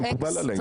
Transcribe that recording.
מקובל עלינו.